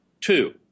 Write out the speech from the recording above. Two